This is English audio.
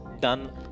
done